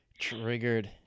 Triggered